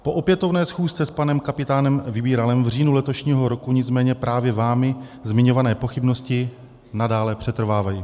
Po opětovné schůzce s panem kapitánem Vybíralem v říjnu letošního roku nicméně právě vámi zmiňované pochybnosti nadále přetrvávají.